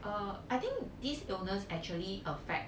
uh I think this illness actually affect